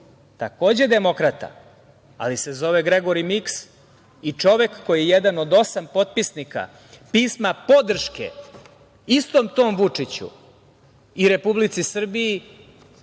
takođe demokrata, ali se zove Gregori Miks i čovek koji je jedan od osam potpisnika Pisma podrške istom tom Vučiću i Republici Srbiji,